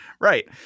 Right